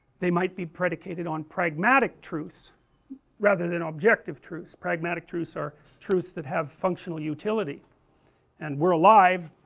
they might be predicated on pragmatic truths rather than objective truths, pragmatic truths are truths that have functional utility and we are alive,